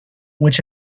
which